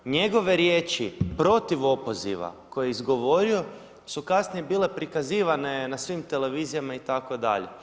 Njegove riječi protiv opoziva koje je izgovorio su kasnije bile prikazivane na svim televizijama itd.